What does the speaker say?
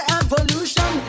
evolution